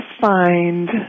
find